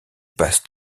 passe